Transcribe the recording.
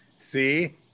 See